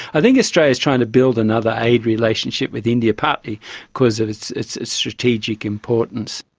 i think australia is trying to build another aid relationship with india, partly because of its its strategic importance.